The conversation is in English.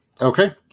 Okay